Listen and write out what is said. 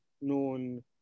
known